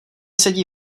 sedí